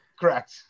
correct